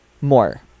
more